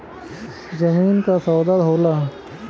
जमीन क सौदा होला